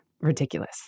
ridiculous